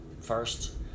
first